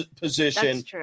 position